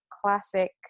classic